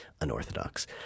unorthodox